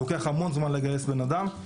לוקח המון זמן לגייס בן אדם,